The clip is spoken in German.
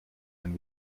ein